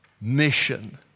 mission